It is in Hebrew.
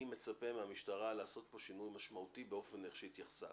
אני מצפה מהמשטרה לעשות שינוי משמעותי ביחס שלה לנושא.